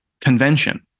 convention